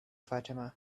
fatima